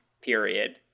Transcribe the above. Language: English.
Period